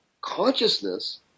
consciousness